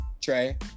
Trey